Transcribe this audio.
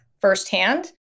firsthand